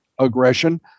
aggression